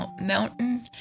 Mountain